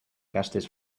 gastes